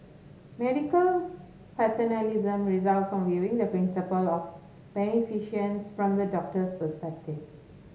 medical paternalism results from viewing the principle of beneficence from the doctor's perspective